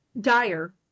dire